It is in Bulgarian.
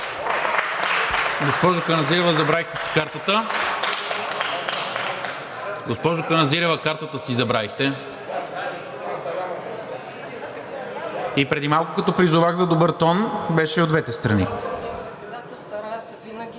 Госпожо Каназирева, забравихте си картата. Госпожо Каназирева, картата си забравихте! И преди малко, като призовах за добър тон, беше от двете страни.